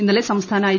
ഇന്നലെ സംസ്ഥാന ഐ